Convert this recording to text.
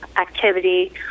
activity